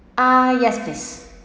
ah yes please